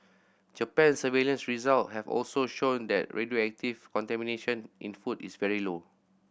Japan's surveillance result have also shown that radioactive contamination in food is very low